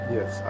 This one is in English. Yes